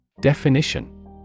Definition